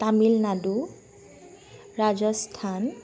Tamil Nadu Rajasthan